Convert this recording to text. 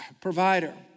provider